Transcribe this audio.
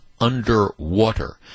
underwater